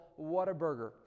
Whataburger